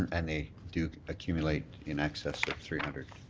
and they do accumulate in excess of three hundred,